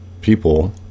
people